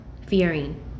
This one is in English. fearing